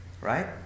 right